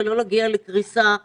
ולא להגיע לקריסה חלילה.